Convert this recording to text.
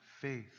faith